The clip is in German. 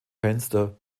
fenster